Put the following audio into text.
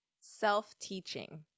Self-teaching